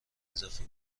اضافی